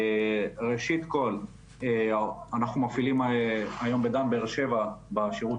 ראשית אנחנו מפעילים היום בדן באר שבע בשירות